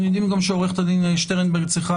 אנחנו יודעים שעורכת הדין שטרנברג צריכה